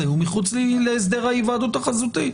הוא מחוץ להסדר ההיוועדות החזותית,